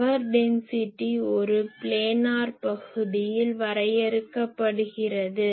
power density ஒரு planar பகுதியில் வரையறுக்கப்படுகிறது